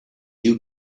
you